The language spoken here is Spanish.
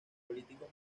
políticos